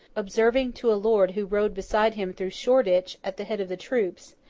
observing to a lord who rode beside him through shoreditch at the head of the troops,